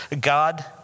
God